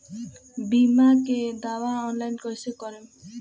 बीमा के दावा ऑनलाइन कैसे करेम?